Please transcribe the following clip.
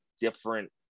different